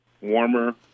warmer